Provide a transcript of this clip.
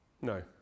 No